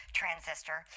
transistor